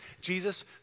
Jesus